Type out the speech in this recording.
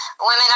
women